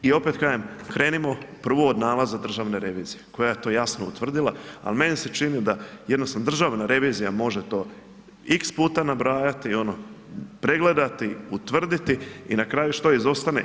I opet kažem, krenimo prvo od nalaza državne revizije koja je to jasno utvrdila, ali meni se čini da jednostavno državna revizija može to X puta nabrajati, pregledati, utvrditi i na kraju što izostane?